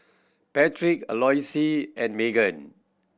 Patric Eloise and Magen